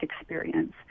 experience